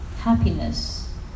happiness